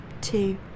two